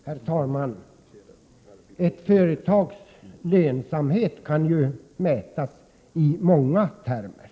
Herr talman! Ett företags lönsamhet kan anges olika många i termer.